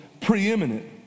preeminent